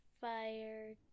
fire